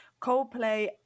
Coldplay